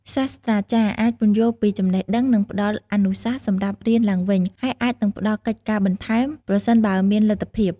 សាស្ត្រាចារ្យអាចពន្យល់ពីចំណេះដឹង និងផ្តល់អនុសាសន៍សម្រាប់រៀនឡើងវិញ ហើយអាចនឹងផ្តល់កិច្ចការបន្ថែម ប្រសិនបើមានលទ្ធភាព។